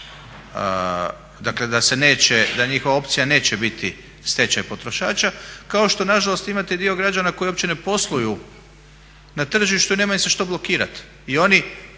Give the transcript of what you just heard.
neće, da njihova opcija neće biti stečaj potrošača kao što nažalost imate dio građana koji uopće ne posluju na tržištu i nema im se što blokirati.